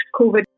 COVID